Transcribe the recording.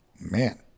Man